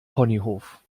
ponyhof